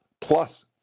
plus